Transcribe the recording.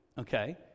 Okay